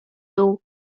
dół